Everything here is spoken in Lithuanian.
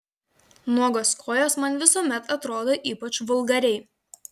nuogos kojos man visuomet atrodo ypač vulgariai